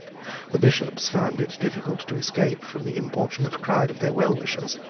the bishops found it difficult to escape from the importunate crowd of their wellwishers.